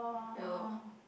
ya lor